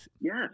Yes